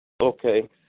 Okay